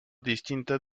distintas